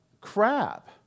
crap